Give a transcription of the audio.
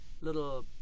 little